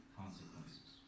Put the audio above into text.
consequences